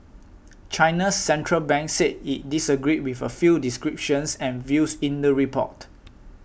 China's Central Bank said it disagreed with a few descriptions and views in the report